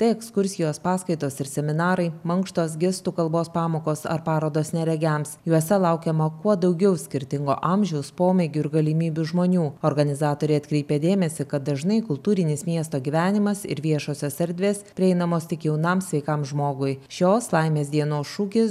tai ekskursijos paskaitos ir seminarai mankštos gestų kalbos pamokos ar parodos neregiams juose laukiama kuo daugiau skirtingo amžiaus pomėgių ir galimybių žmonių organizatoriai atkreipė dėmesį kad dažnai kultūrinis miesto gyvenimas ir viešosios erdvės prieinamos tik jaunam sveikam žmogui šios laimės dienos šūkis